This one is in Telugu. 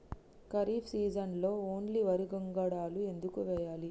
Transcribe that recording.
ఖరీఫ్ సీజన్లో ఓన్లీ వరి వంగడాలు ఎందుకు వేయాలి?